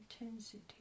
intensity